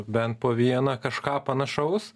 bent po vieną kažką panašaus